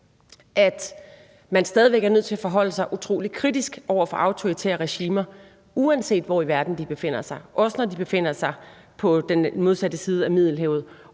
at man stadig væk er nødt til at forholde sig utrolig kritisk over for autoritære regimer, uanset hvor i verden de befinder sig, også når de befinder sig på den modsatte side af Middelhavet